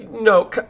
no